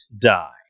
Die